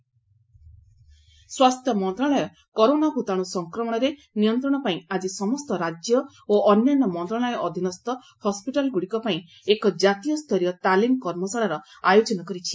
corona workshop ସ୍ୱାସ୍ଥ୍ୟ ମନ୍ତ୍ରଣାଳୟ corona ଭୂତାଣୁ ସଂକ୍ରମଣର ନିୟନ୍ତ୍ରଣ ପାଇଁ ଆଜି ସମସ୍ତ ରାଜ୍ୟ ଓ ଅନ୍ୟାନ୍ୟ ମନ୍ତ୍ରଣାଳୟ ଅଧୀନସ୍ଥ ହସ୍କିଟାଲ୍ଗୁଡ଼ିକ ପାଇଁ ଏକ ଜାତୀୟସ୍ତରୀୟ ତାଲିମ୍ କର୍ମଶାଳାର ଆୟୋଜନ କରିଛି